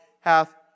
hath